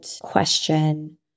question